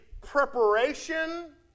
preparation